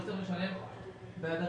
הוא צריך לשלם על כל